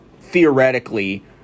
theoretically